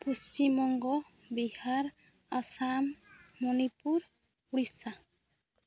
Paschim Banga Bihar Assam Manipur Odisha